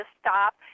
stop